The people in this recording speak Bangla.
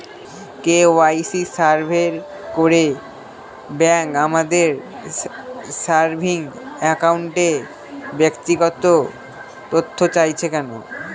কে.ওয়াই.সি সার্ভে করে ব্যাংক আমাদের সেভিং অ্যাকাউন্টের ব্যক্তিগত তথ্য চাইছে কেন?